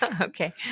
Okay